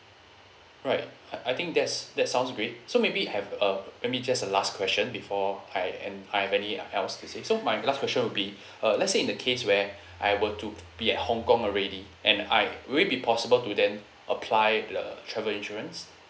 alright I I think that's that sounds great so maybe have uh let me just a last question before I end I've any else to say so my last question will be uh let's say in the case where I were to be at hong kong already and I will it be possible to then apply the travel insurance